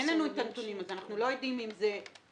אין לנו את הנתונים אז אנחנו לא יודעים אם זה נשים